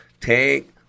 take